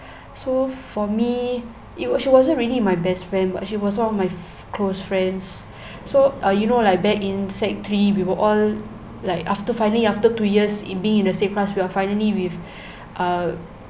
so for me it was she wasn't really my best friend but she was one of my close friends so uh you know like back in sec three we were all like after finally after two years in being in the same class we are finally with uh